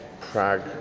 Prague